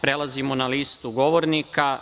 Prelazimo na listu govornika.